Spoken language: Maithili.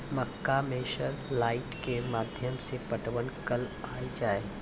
मक्का मैं सर लाइट के माध्यम से पटवन कल आ जाए?